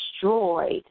Destroyed